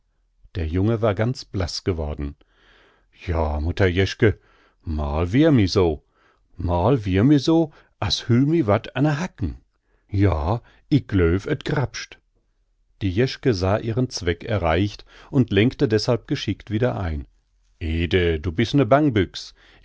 der junge war ganz blaß geworden joa mutter jeschke mal wihr mi so mal wihr mi so as hüll mi wat an de hacken joa ick glöw et grappscht die jeschke sah ihren zweck erreicht und lenkte deßhalb geschickt wieder ein ede du bist ne